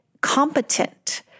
competent